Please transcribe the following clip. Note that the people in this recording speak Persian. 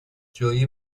جویی